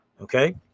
okay